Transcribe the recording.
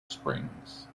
springs